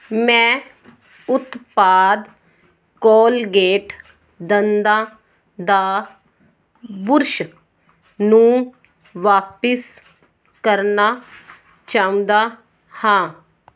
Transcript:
ਮੈਂ ਉਤਪਾਦ ਕੋਲਗੇਟ ਦੰਦਾਂ ਦਾ ਬੁਰਸ਼ ਨੂੰ ਵਾਪਸ ਕਰਨਾ ਚਾਹੁੰਦਾ ਹਾਂ